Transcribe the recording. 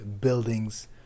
buildings